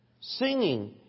Singing